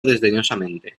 desdeñosamente